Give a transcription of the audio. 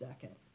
second